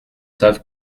savent